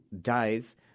dies